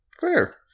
Fair